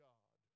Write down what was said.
God